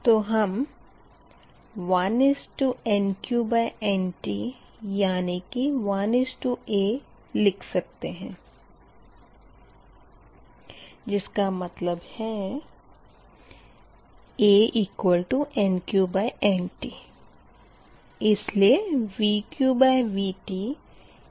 तो हम 1NqNt यानी कि 1a लिख सकते है जिसका मतलब है aNqNt